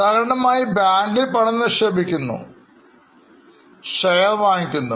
ഉദാഹരണമായി ബാങ്കിൽ പണം നിക്ഷേപിക്കുന്നു ബാങ്കിൽ നിക്ഷേപിക്കുന്നു Share വാങ്ങിക്കുന്നു